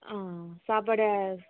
ஆ சாப்பாடு